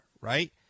right